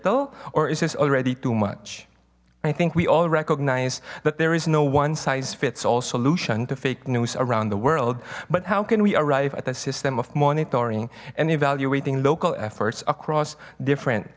little or is this already too much i think we all recognize that there is no one size fits all solution to fake news around the world but how can we arrive at a system of monitoring and evaluating local efforts across different